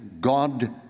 God